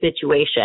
situation